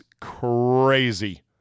crazy